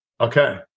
Okay